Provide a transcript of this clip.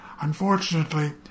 Unfortunately